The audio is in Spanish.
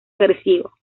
agresivo